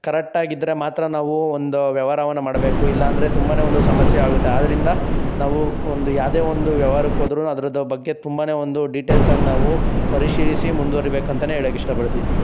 ಕರೆಕ್ಟಾಗಿದ್ರೆ ಮಾತ್ರ ನಾವು ಒಂದು ವ್ಯವಾರವನ್ನು ಮಾಡಬೇಕು ಇಲ್ಲಾಂದ್ರೆ ತುಂಬನೇ ಒಂದು ಸಮಸ್ಯೆಯಾಗುತ್ತೆ ಆದ್ರಿಂದ ನಾವು ಒಂದು ಯಾವ್ದೇ ಒಂದು ವ್ಯವಾರಕ್ಕೆ ಹೋದ್ರು ಅದ್ರದು ಬಗ್ಗೆ ತುಂಬನೇ ಒಂದು ಡಿಟೇಲ್ಸಾನ್ನು ನಾವು ಪರಿಶೀಲಿಸಿ ಮುಂದುವರಿಬೇಕಂತೆಯೇ ಹೇಳೋಕ್ಕೆ ಇಷ್ಟಪಡ್ತೀನಿ